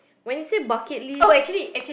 when you say bucket list